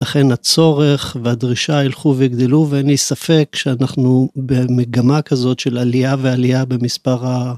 לכן הצורך והדרישה ילכו ויגדלו ואין לי ספק שאנחנו במגמה כזאת של עלייה ועלייה במספר ה...